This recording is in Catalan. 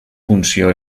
funció